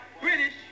British